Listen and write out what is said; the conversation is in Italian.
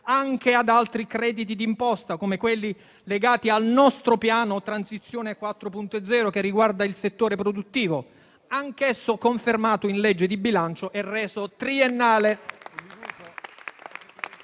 anche ad altri crediti di imposta, come quelli legati al nostro piano Transizione 4.0 che riguarda il settore produttivo, anch'esso confermato in legge di bilancio e reso triennale